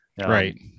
right